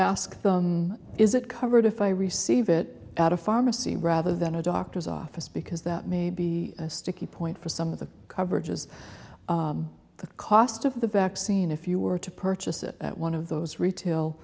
ask them is it covered if i receive it at a pharmacy rather than a doctor's office because that may be a sticky point for some of the coverage as the cost of the vaccine if you were to purchase it at one of those retail